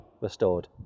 restored